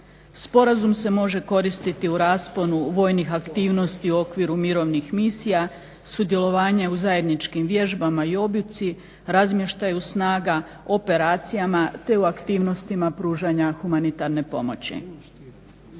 Sporazum se može koristiti u rasponu vojnih aktivnosti u okviru mirovnih misija, sudjelovanja u zajedničkim vježbama i obuci, razmještaju snaga, operacijama te u aktivnostima pružanja humanitarne pomoći.